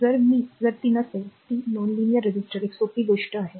जर ती नसेल तर ती रेखीय प्रतिरोधक एक सोपी गोष्ट आहे